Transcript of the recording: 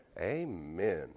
Amen